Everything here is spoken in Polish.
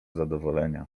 zadowolenia